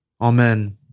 Amen